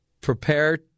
prepare